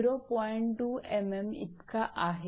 2 𝑚𝑚 इतका आहे